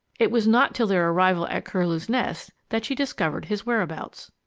it was not till their arrival at curlew's nest that she discovered his whereabouts.